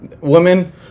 Women